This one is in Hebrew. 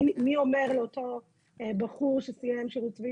מי אומר לאותו בחור שסיים שירות צבאי